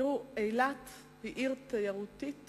תראו, אילת היא עיר תיירותית